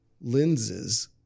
lenses